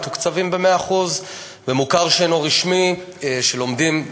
מתוקצב ב-100%; מוכר שאינו רשמי שלומדים בו,